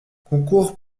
concours